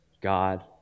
God